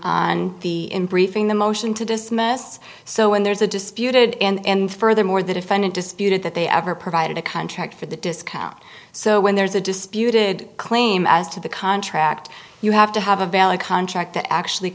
on the briefing the motion to dismiss so when there's a disputed and furthermore the defendant disputed that they ever provided a contract for the discount so when there's a disputed claim as to the contract you have to have a valid contract to actually